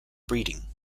breeding